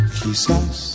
quizás